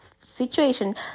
situation